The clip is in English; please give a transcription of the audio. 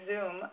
Zoom